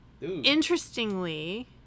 interestingly